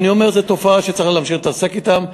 ואני אומר, זאת תופעה שצריך להמשיך להתעסק אתה.